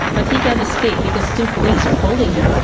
but he cannot escape because two police are holding him.